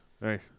right